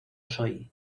soy